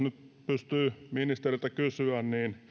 nyt pystyy ministeriltä kysymään